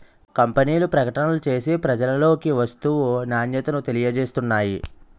కంపెనీలు ప్రకటనలు చేసి ప్రజలలోకి వస్తువు నాణ్యతను తెలియజేస్తున్నాయి